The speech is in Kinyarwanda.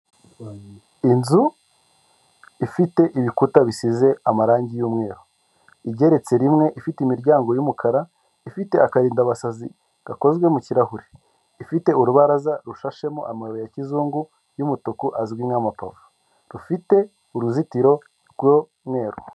Inzu ifite ibikuta bisize amarangi y'umweru igeretse rimwe ifite imiryango yumukara, ifite akarindada abasazi gakozwe mu kirahure ifite urubaraza rushashemo amabuye ya kizungu yumutuku azwi nk'amapave rufite uruzitiro rw'umweru.